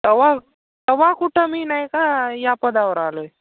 तेव्हा तेव्हा कुठं मी नाही का या पदावर आलो आहे